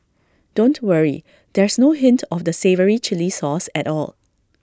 don't worry there's no hint of the savoury Chilli sauce at all